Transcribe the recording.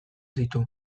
ditu